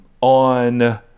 on